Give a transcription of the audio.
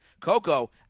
Coco